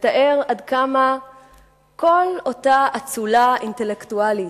מתאר עד כמה כל אותה אצולה אינטלקטואלית,